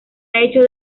hecho